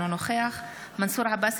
אינו נוכח מנסור עבאס,